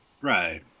Right